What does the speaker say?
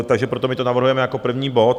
Takže proto my to navrhujeme jako první bod.